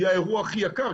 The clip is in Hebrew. היא האירוע הכי יקר,